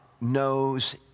knows